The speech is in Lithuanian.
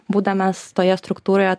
būdamas toje struktūroje